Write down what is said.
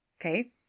okay